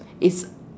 it's